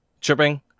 tripping